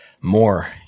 more